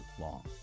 long